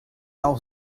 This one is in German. auch